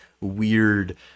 weird